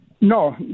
No